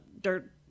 dirt